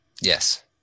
Yes